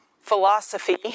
philosophy